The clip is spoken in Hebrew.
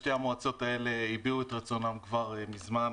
שתי המועצות האלה הביעו את רצונן כבר מזמן.